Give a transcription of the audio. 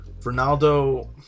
Ronaldo